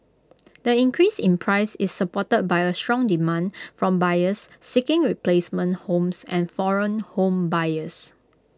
the increase in price is supported by A strong demand from buyers seeking replacement homes and foreign home buyers